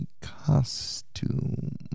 costume